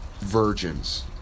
virgins